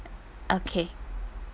okay